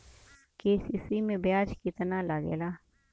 KCC में ब्याज कितना लागेला?